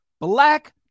Black